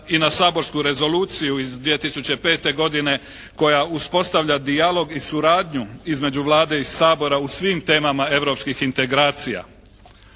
i na saborsku rezoluciju iz 2005. godine koja uspostavlja dijalog i suradnju između Vlade i Sabora u svim temama europskih integracija,